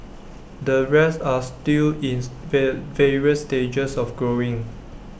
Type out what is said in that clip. the rest are still in various stages of growing